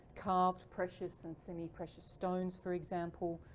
carved precious and semi-precious stones for example.